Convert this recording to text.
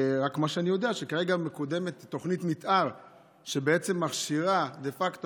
רק מה שאני יודע זה שכרגע מקודמת תוכנית מתאר שמכשירה דה פקטו